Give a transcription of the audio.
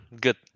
Good